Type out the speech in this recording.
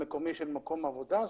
המקומי, של מקום העבודה.